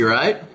right